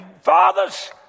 Father's